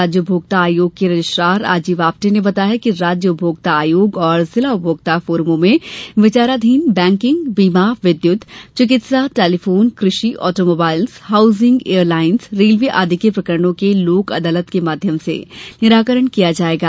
राज्य उपभोक्ता आयोग के रजिस्ट्रार राजीव आप्टे ने बताया कि राज्य उपभोक्ता आयोग और जिला उपभोक्ता फोरमों में विचारधीन बैंकिंग बीमा विद्युत चिकित्सा टेलीफोन कृषि आटोमोबाईल्स हाउसिंग एयरलाईन्स रेल्वे आदि के प्रकरणों के लोक अदालत के माध्यम से निराकरण किया जाएगा